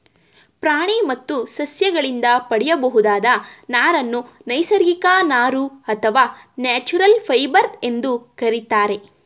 ಪ್ರಾಣಿ ಮತ್ತು ಸಸ್ಯಗಳಿಂದ ಪಡೆಯಬಹುದಾದ ನಾರನ್ನು ನೈಸರ್ಗಿಕ ನಾರು ಅಥವಾ ನ್ಯಾಚುರಲ್ ಫೈಬರ್ ಎಂದು ಕರಿತಾರೆ